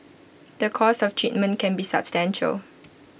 the cost of treatment can be substantial